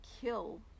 kill